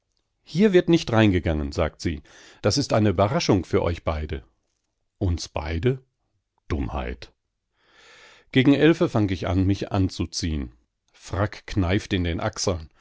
hier wird nicht reingegangen sagt sie das ist eine überraschung für euch beide uns beide dummheit gegen elfe fang ich an mich anzuziehen frack kneift in den achseln